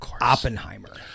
Oppenheimer